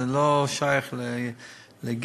זה לא קשור לגזע,